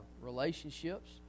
relationships